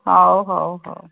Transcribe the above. ହଉ ହଉ ହଉ